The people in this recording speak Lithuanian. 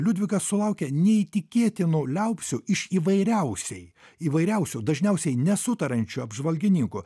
liudvikas sulaukė neįtikėtinų liaupsių iš įvairiausiai įvairiausių dažniausiai nesutariančių apžvalgininkų